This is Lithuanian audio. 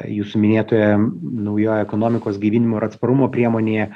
jūsų minėtoje naujoj ekonomikos gaivinimo ir atsparumo priemonėje